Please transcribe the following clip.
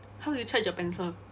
how do you charge your pencil